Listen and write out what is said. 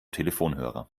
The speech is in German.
telefonhörer